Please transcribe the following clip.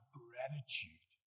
gratitude